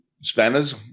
Spanners